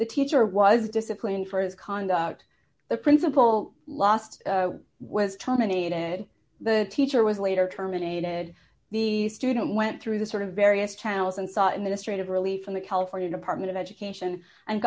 the teacher was disciplined for his conduct the principal last was terminated the teacher was later terminated the student went through the sort of various channels and saw in the strait of relief from the california department of education and